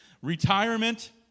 Retirement